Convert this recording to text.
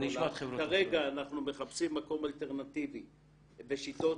כרגע אנחנו מחפשים מקום אלטרנטיבי ושיטות,